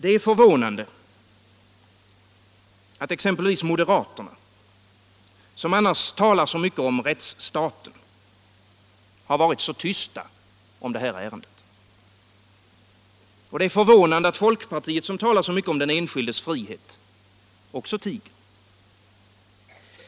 Det är förvånande att moderaterna, som annars talar så mycket om rättsstaten, har varit så tysta när det gällt det här ärendet. Det är förvånande att folkpartiet, som talar så mycket om den enskildes frihet, också tiger.